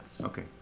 Okay